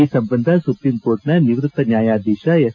ಈ ಸಂಬಂಧ ಸುಪ್ರೀಂಕೋರ್ಟ್ನ ನಿವೃತ್ತ ನ್ಯಾಯಾಧೀಶ ಎಫ್